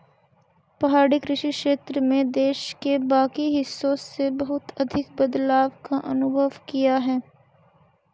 पहाड़ी कृषि क्षेत्र में देश के बाकी हिस्सों से बहुत अधिक बदलाव का अनुभव किया है